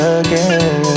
again